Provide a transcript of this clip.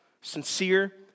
Sincere